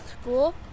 school